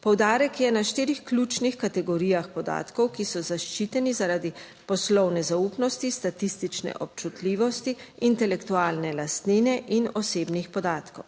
Poudarek je na štirih ključnih kategorijah podatkov, ki so zaščiteni zaradi poslovne zaupnosti, statistične občutljivosti, intelektualne lastnine in osebnih podatkov.